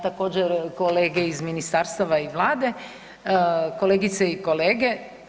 Također, kolege iz ministarstava i Vlade, kolegice i kolege.